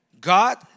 God